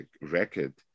record